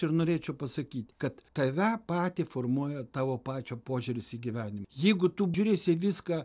ir norėčiau pasakyt kad tave patį formuoja tavo pačio požiūris į gyvenimą jeigu tu žiūrėsi į viską